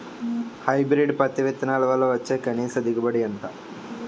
Hybrid పత్తి విత్తనాలు వల్ల వచ్చే కనీస దిగుబడి ఎంత?